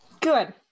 Good